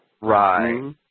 Right